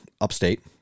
upstate